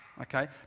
Okay